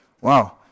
Wow